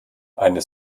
eine